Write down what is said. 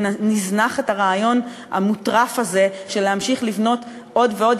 ונזנח את הרעיון המוטרף הזה של להמשיך לבנות עוד ועוד